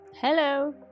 Hello